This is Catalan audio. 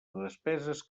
despeses